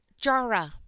Jara